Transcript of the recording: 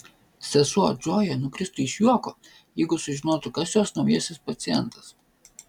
sesuo džoja nukristų iš juoko jeigu sužinotų kas jos naujasis pacientas